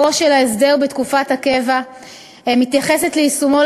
עיקרו של ההסדר בתקופת הקבע מתייחס ליישומו